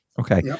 okay